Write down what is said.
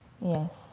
Yes